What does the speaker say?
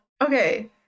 Okay